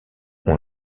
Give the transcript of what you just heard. ont